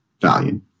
value